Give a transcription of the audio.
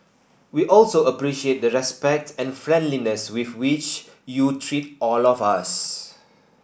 we also appreciate the respect and friendliness with which you treat all of us